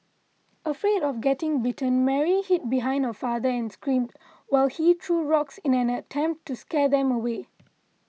afraid of getting bitten Mary hid behind her father and screamed while he threw rocks in an attempt to scare them away